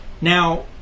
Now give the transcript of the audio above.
Now